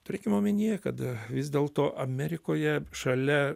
turėkim omenyje kada vis dėlto amerikoje šalia